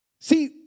See